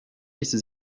ließe